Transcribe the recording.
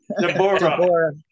Deborah